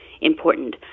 important